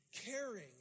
Caring